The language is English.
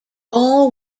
all